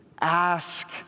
ask